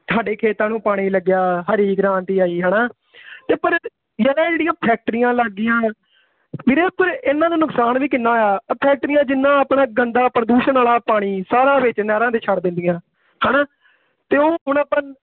ਸਾਡੇ ਖੇਤਾਂ ਨੂੰ ਪਾਣੀ ਲੱਗਿਆ ਹਰੀ ਕ੍ਰਾਂਤੀ ਆਈ ਹੈ ਨਾ ਅਤੇ ਪਰ ਜਿਹੜਾ ਜਿਹੜੀਆਂ ਫੈਕਟਰੀਆਂ ਲੱਗ ਗਈਆਂ ਵੀਰੇ ਪਰ ਇਹਨਾਂ ਦਾ ਨੁਕਸਾਨ ਵੀ ਕਿੰਨਾ ਆ ਫੈਕਟਰੀਆਂ ਜਿੰਨਾ ਆਪਣਾ ਗੰਦਾ ਪ੍ਰਦੂਸ਼ਣ ਵਾਲਾ ਪਾਣੀ ਸਾਰਾ ਵਿੱਚ ਨਹਿਰਾਂ ਦੇ ਛੱਡ ਦਿੰਦੀਆਂ ਹੈ ਨਾ ਅਤੇ ਉਹ ਹੁਣ ਆਪਾਂ